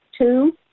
two